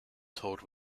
toured